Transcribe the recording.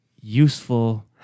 useful